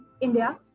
India